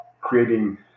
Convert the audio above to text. creating